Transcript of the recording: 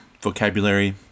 vocabulary